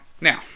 Now